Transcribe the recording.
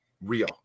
real